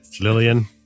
Lillian